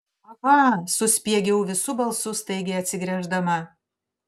aha suspiegiau visu balsu staigiai atsigręždama